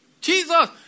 Jesus